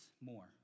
more